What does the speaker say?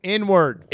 Inward